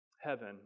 heaven